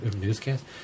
newscast